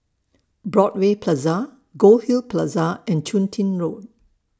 Broadway Plaza Goldhill Plaza and Chun Tin Road